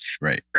Right